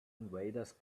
invaders